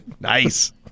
Nice